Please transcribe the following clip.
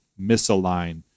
misalign